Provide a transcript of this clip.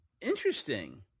Interesting